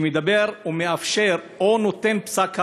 שמדבר ומאפשר, או נותן פסק הלכה,